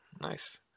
Nice